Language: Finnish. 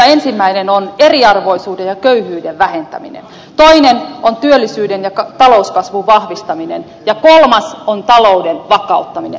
ensimmäinen on eriarvoisuuden ja köyhyyden vähentäminen toinen on työllisyyden ja talouskasvun vahvistaminen ja kolmas on talouden vakauttaminen